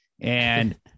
And-